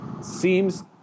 seems